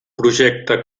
projecte